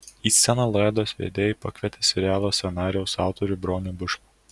į sceną laidos vedėjai pakvietė serialo scenarijaus autorių bronių bušmą